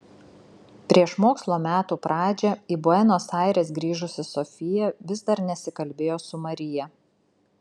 prieš mokslo metų pradžią į buenos aires grįžusi sofija vis dar nesikalbėjo su marija